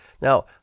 Now